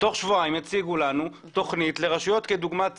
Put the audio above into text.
תוך שבועיים יציגו לנו תוכנית לרשויות כדוגמת צפת.